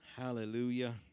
Hallelujah